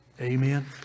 Amen